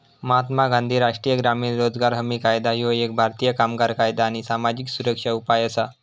महात्मा गांधी राष्ट्रीय ग्रामीण रोजगार हमी कायदा ह्यो एक भारतीय कामगार कायदा आणि सामाजिक सुरक्षा उपाय असा